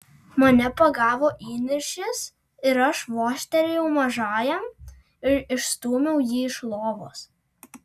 mane pagavo įniršis ir aš vožtelėjau mažajam ir išstūmiau jį iš lovos